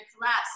collapse